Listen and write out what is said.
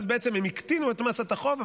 אז בעצם הם הקטינו את מאסת החוב,